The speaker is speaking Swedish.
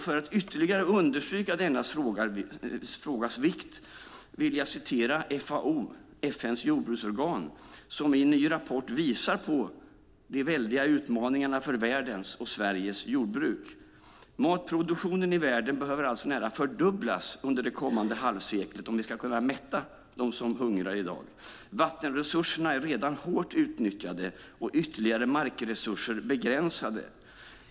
För att ytterligare understryka denna frågas vikt vill jag hänvisa till FAO, FN:s jordbruksorgan, som i en ny rapport visar på de väldiga utmaningarna för världens - och Sveriges - jordbruk. Matproduktionen i världen behöver nära fördubblas under det kommande halvseklet om vi ska kunna mätta dem som hungrar i dag. Vattenresurserna är redan hårt utnyttjade och ytterligare markresurser begränsade.